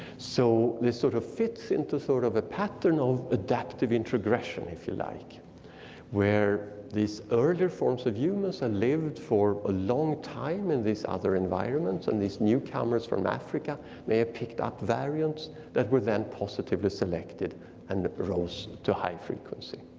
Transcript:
so this sort of fits into sort of a pattern of adaptive introgression if you like where these earlier forms of humans who and lived for a long time in these other environments and these newcomers from africa may have picked up variants that were then positively selected and that rose to high frequency.